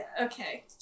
okay